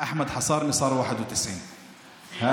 91. ( עם אחמד חסראמה הפך להיות 91. אלה